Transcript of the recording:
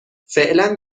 فعلا